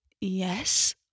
Yes